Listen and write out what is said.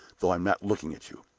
though i'm not looking at you.